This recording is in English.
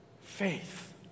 Faith